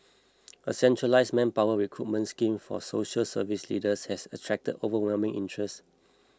a centralised manpower recruitment scheme for social service leaders has attracted overwhelming interest